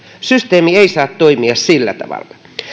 systeemi ei saa toimia sillä tavalla